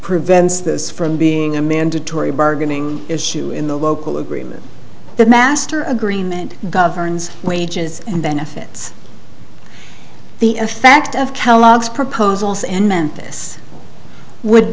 prevents this from being a mandatory bargaining issue in the local agreement the master agreement governs wages and benefits the fact of kellogg's proposals in memphis would